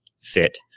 fit